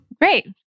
Great